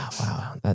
Wow